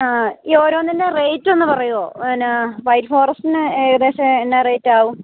ആ ഈ ഓരോന്നിൻറെയും റേറ്റ് ഒന്ന് പറയുമോ എന്താണ് വൈറ്റ് ഫോറെസ്റ്റിന് ഏകദേശം എന്ത് റേറ്റ് ആകും